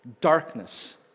darkness